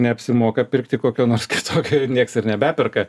neapsimoka pirkti kokio nors kito nieks ir nebeperka